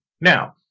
now